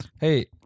Hey